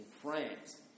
France